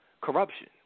corruption